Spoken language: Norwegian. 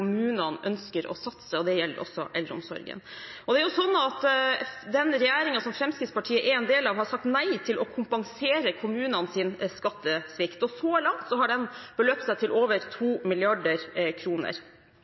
kommunene ønsker å satse, det gjelder også innen eldreomsorgen. Regjeringen som Fremskrittspartiet er en del av, har sagt nei til å kompensere for kommunenes skattesvikt. Så langt har det beløpt seg til over